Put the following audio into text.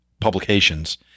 publications